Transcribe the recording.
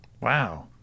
Wow